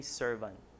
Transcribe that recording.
servant